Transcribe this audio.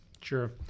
Sure